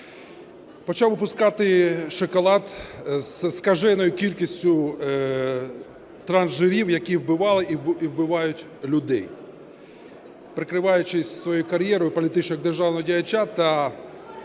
почав випускати шоколад зі скаженою кількістю трансжирів, які вбивали і вбивають людей. Прикриваючись своєю кар'єрою політичного державного діяча та